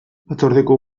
batzordeko